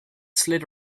slid